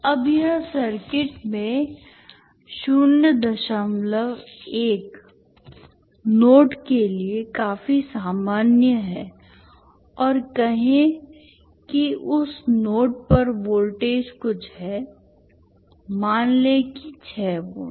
अब यह सर्किट में 01 नोड के लिए काफी सामान्य है और कहें कि उस नोड पर वोल्टेज कुछ है मान लें कि 6 वोल्ट